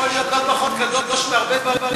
הדגל יכול להיות לא פחות קדוש מהרבה דברים אחרים.